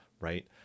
right